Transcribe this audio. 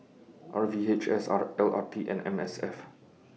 R V H S L R T and M S F